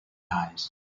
eyes